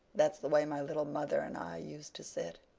that's the way my little mother and i used to sit.